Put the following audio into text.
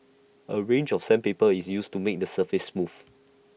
A range of sandpaper is used to make the surface smooth